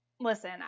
listen